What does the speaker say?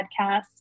podcast